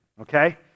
okay